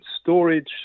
storage